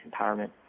empowerment